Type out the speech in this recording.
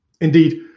Indeed